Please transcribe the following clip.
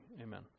amen